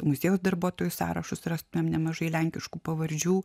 muziejaus darbuotojų sąrašus rastumėm nemažai lenkiškų pavardžių